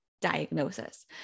diagnosis